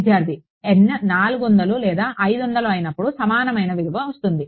విద్యార్థి n 400 లేదా 500 అయినప్పుడు సమానమైన విలువ వస్తుంది